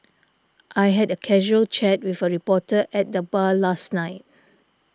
I had a casual chat with a reporter at the bar last night